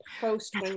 post